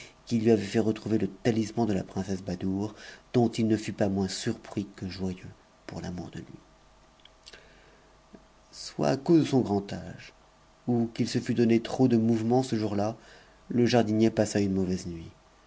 qui lui avait fait retrouver le talisman de la princesse badoure dont il ne fut pas moins surpris que joyeux pour l'amour de lui soit à cause de son grand âge ou qu'il se fut donné trop de mouvement ce jour-là le jardinier passa une mauvaise nuit